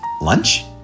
lunch